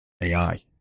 AI